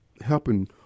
helping